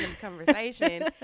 conversation